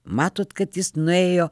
matot kad jis nuėjo